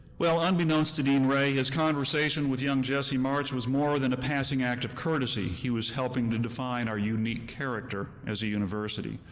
unbeknownst to dean wray, his conversation with young jessie march was more than a passing act of courtesy he was helping to define our unique character as a university.